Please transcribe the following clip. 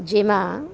જેમાં